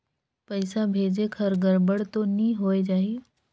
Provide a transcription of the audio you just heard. पइसा भेजेक हर गड़बड़ तो नि होए जाही?